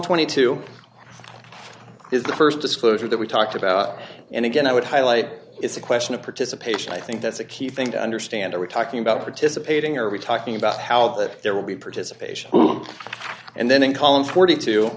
twenty two is the st disclosure that we talked about and again i would highlight it's a question of participation i think that's a key thing to understand are we talking about participating or are we talking about how that there will be participation and then in column forty two